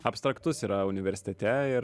abstraktus yra universitete ir